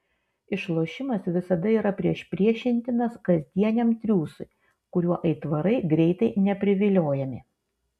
išlošimas visada yra priešpriešintinas kasdieniam triūsui kuriuo aitvarai greitai nepriviliojami